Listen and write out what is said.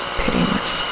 pitiless